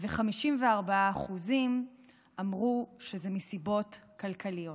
54% אמרו שזה מסיבות כלכליות,